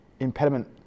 Impediment